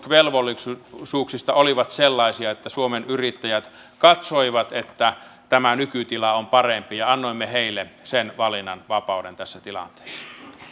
velvollisuuksista olivat sellaisia että suomen yrittäjät katsoi että tämä nykytila on parempi ja annoimme heille sen valinnanvapauden tässä tilanteessa